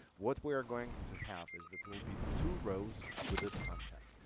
what we are going to have is that there will be two rows with this content.